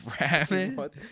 rabbit